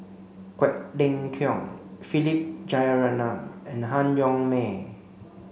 Quek Ling Kiong Philip Jeyaretnam and Han Yong May